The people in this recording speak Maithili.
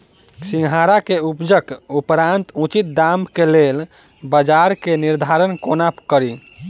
सिंघाड़ा केँ उपजक उपरांत उचित दाम केँ लेल बजार केँ निर्धारण कोना कड़ी?